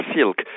silk